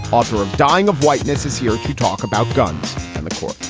author of dying of whiteness, is here to talk about guns and the court